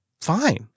Fine